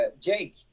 Jake